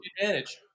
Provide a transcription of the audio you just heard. advantage